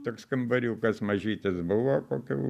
toks kambariukas mažytis buvo kokių